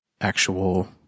actual